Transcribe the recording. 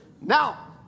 Now